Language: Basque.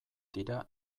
dira